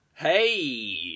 Hey